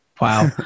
wow